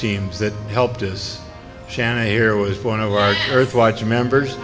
teams that helped us shannon here was one of our earth watch members